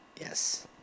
Yes